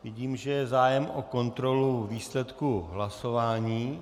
Vidím, že je zájem o kontrolu výsledku hlasování.